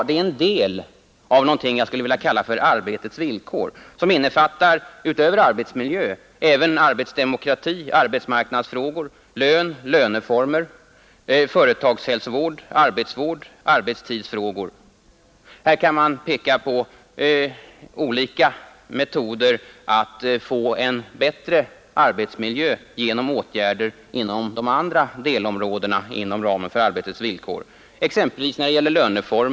Det är en del av något som jag skulle vilja kalla för arbetets villkor, som utöver arbetsmiljön innefattar även arbetsdemokrati, arbetsmarknadsfrågor, lön, löneformer, företagshälsovård, arbetsvård, arbetstidsfrågor osv. Här kan man peka på olika metoder att få en bättre arbetsmiljö genom åtgärder på de andra delområdena inom ramen för arbetets villkor, exempelvis när det gäller löneformer.